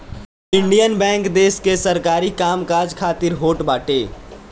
Indian Bank देस के सरकारी काम काज खातिर होत बाटे